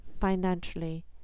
financially